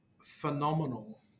phenomenal